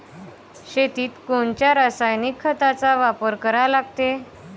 शेतीत कोनच्या रासायनिक खताचा वापर करा लागते?